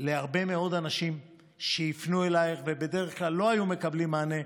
להרבה מאוד אנשים שיפנו אלייך ובדרך כלל לא היו מקבלים מענה,